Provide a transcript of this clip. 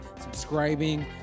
subscribing